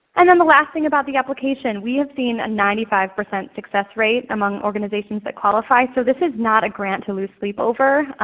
and then the last thing about the application, we have seen a ninety five percent success rate among organizations that qualify. so this is not a grant to lose sleep over.